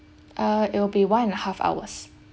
uh it'll be one half hours